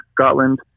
Scotland